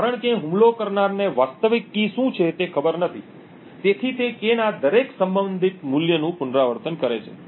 કારણ કે હુમલો કરનારને વાસ્તવિક કી શું છે તે ખબર નથી તેથી તે K ના દરેક સંભવિત મૂલ્યનું પુનરાવર્તન કરે છે